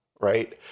right